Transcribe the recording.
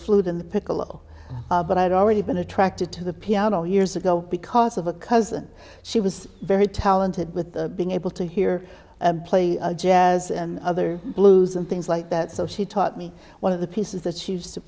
in the piccolo but i had already been attracted to the piano years ago because of a cousin she was very talented with being able to hear and play jazz and other blues and things like that so she taught me one of the pieces that she used to